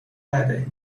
ندهید